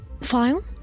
File